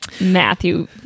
Matthew